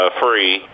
free